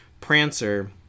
Prancer